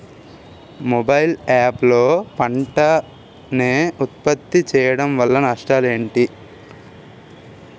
Mobile app లో పంట నే ఉప్పత్తి చేయడం వల్ల నష్టాలు ఏంటి?